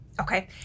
Okay